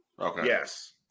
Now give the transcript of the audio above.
Yes